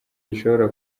gishobora